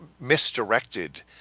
misdirected